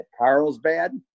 carlsbad